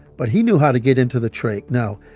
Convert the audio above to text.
but he knew how to get into the trach now.